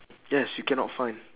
yes you cannot find